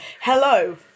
Hello